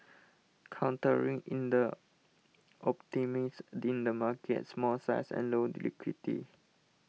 countering in the optimism in the market's small size and low liquidity